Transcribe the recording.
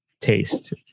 taste